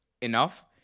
enough